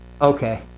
okay